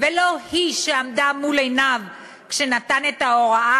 ולא היא שעמדה מול עיניו כשנתן את ההוראה